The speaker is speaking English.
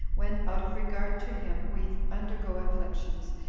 when, out of regard to him, we undergo afflictions,